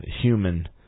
human